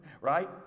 right